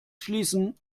schließen